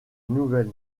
nouvelle